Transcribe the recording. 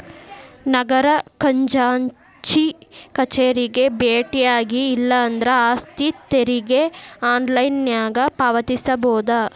ನಗರ ಖಜಾಂಚಿ ಕಚೇರಿಗೆ ಬೆಟ್ಟ್ಯಾಗಿ ಇಲ್ಲಾಂದ್ರ ಆಸ್ತಿ ತೆರಿಗೆ ಆನ್ಲೈನ್ನ್ಯಾಗ ಪಾವತಿಸಬೋದ